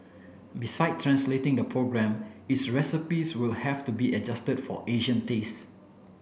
beside translating the program is recipes will have to be adjusted for Asian taste